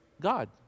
God